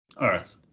Earth